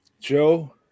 Joe